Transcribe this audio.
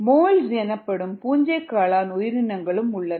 mould எனப்படும் பூஞ்சை காளான் உயிரினங்களும் உள்ளன